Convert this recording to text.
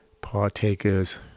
partakers